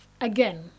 Again